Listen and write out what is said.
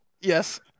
Yes